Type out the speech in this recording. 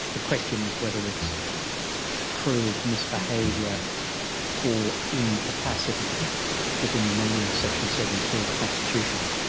the question is whether it's proved misbehaviour or incapacity within the meaning of section seventy two of the constitution.